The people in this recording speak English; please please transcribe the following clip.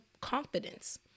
confidence